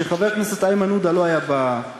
כשחבר הכנסת איימן עודה לא היה במליאה,